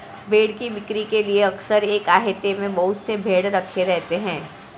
भेंड़ की बिक्री के लिए अक्सर एक आहते में बहुत से भेंड़ रखे रहते हैं